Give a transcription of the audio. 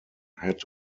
had